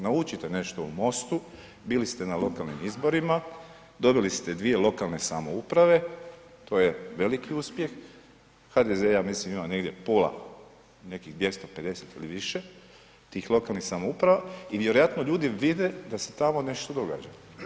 Naučite nešto u MOSTU, bili ste na lokalnim izborima, dobili ste dvije lokalne samouprave, to je veliki uspjeh HDZ ja mislim ima negdje pola nekih 250 ili više tih lokalnih samouprava i vjerojatno ljudi vide da se tamo nešto događa.